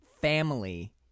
Family